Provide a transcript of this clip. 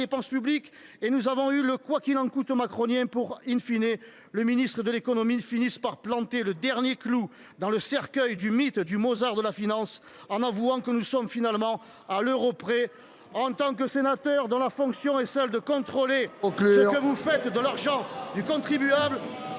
et nous avons eu le « quoi qu’il en coûte » macronien, pour que, le ministre de l’économie finisse par planter le dernier clou dans le cercueil du mythe du Mozart de la finance, en avouant que nous sommes finalement « à l’euro près ». Il faut conclure, mon cher collègue. En tant que sénateur, dont la fonction est celle de contrôler ce que vous faites de l’argent du contribuable,